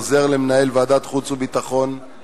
עוזר למנהל ועדת החוץ והביטחון,